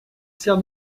sert